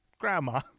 grandma